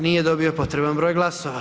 Nije dobio potreban broj glasova.